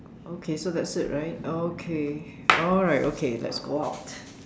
okay so that's it right okay alright okay let's go out